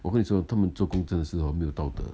我跟你说 hor 他们做工真的是 hor 没有道德